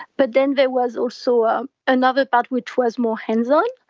but then there was also ah another part which was more hands-on.